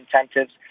incentives